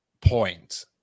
point